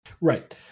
Right